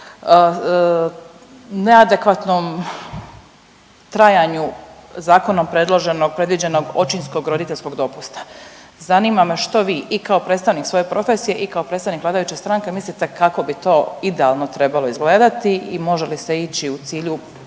neadekvatnom trajanju zakonom predloženog predviđenog očinskog roditeljskog dopusta. Zanima me što vi i kao predstavnik svoje profesije i kao predstavnik vladajuće stranke mislite kako bi to idealno trebalo izgledati i može li se ići u cilju